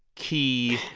key,